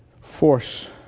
force